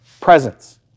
presence